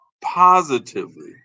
positively